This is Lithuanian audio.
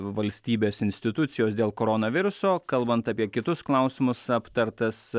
valstybės institucijos dėl koronaviruso kalbant apie kitus klausimus aptartas